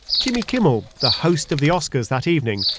jimmy kimmel, the host of the oscars that evening,